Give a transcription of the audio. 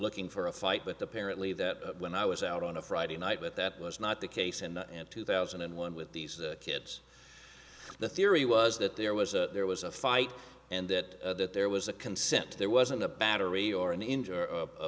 looking for a fight but apparently that when i was out on a friday night but that was not the case in two thousand and one with these kids the theory was that there was a there was a fight and that that there was a consent there wasn't a battery or